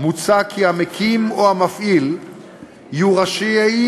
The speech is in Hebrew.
מוצע כי המקים או המפעיל יהיו רשאים